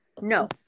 No